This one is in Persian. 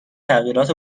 تغییرات